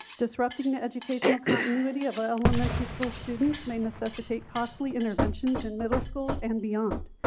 disrupting the educational continuity of ah elementary school students may necessitate costly interventions in middle school and beyond.